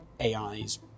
AI's